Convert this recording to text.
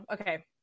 okay